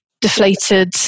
deflated